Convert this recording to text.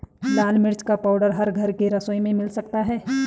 लाल मिर्च का पाउडर हर घर के रसोई में मिल जाता है